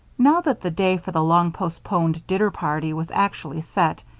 now that the day for the long-postponed dinner party was actually set,